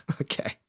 Okay